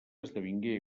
esdevingué